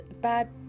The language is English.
bad